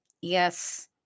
Yes